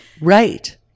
right